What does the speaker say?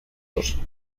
dos